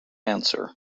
answer